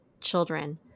children